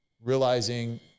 realizing